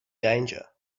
danger